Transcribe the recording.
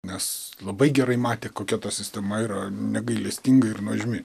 nes labai gerai matė kokia ta sistema yra negailestinga ir nuožmi